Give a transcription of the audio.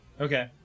okay